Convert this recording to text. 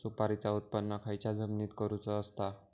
सुपारीचा उत्त्पन खयच्या जमिनीत करूचा असता?